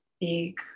big